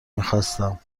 میخواستم